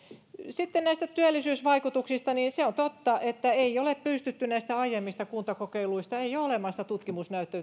sitten näistä työllisyysvaikutuksista se on totta että ei ole näistä aiemmista kuntakokeiluista olemassa tutkimusnäyttöä